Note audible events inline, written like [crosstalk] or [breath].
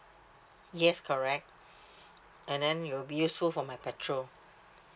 yes correct [breath] and then it will be useful for my petrol